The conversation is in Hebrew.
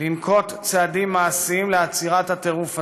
לנקוט צעדים מעשיים לעצירת הטירוף הזה.